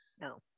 No